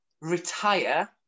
retire